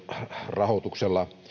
rahoituksella